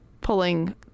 pulling